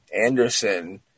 Anderson